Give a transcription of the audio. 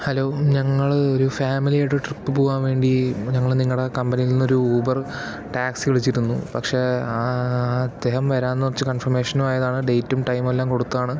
hello ഞങ്ങൾ ഒരു ഫാമിലിയായിട്ട് ഒരു ട്രിപ്പ് പോകുവാൻ വേണ്ടി ഞങ്ങൾ നിങ്ങളുടെ കമ്പനിയിൽ നിന്നൊരു ഊബർ ടാക്സി വിളിച്ചിരുന്നു പക്ഷേ അദ്ദേഹം വരാമെന്ന് പറഞ്ഞിട്ട് കൺഫർമേഷൻ ആയതാണ് ഡെയ്റ്റും ടൈമും എല്ലാം കൊടുത്തതാണ്